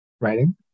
Writing